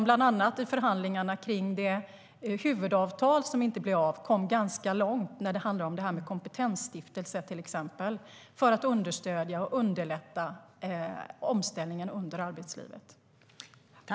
I förhandlingarna om det huvudavtal som inte blev av kom de ganska långt när det handlar om till exempel en kompetensstiftelse för att understödja och underlätta omställningen under arbetslivet.